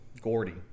Gordy